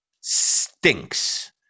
stinks